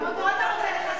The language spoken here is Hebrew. גם אותו אתה רוצה לחסל.